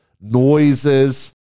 noises